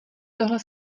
tohle